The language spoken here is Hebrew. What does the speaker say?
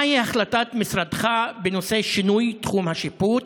1. מהי החלטתך בנושא שינוי תחום שיפוט?